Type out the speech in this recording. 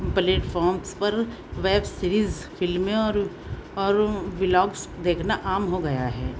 platforms پر web series فلمیں اور اور ولاگس دیکھنا عام ہو گیا ہے